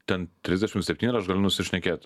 ten trisdešim septyni ar aš galiu nusišnekėt